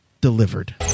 delivered